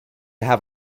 have